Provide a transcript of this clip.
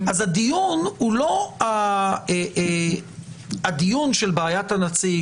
אז הדיון של בעיית הנציג,